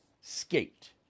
skate